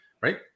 right